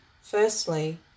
Firstly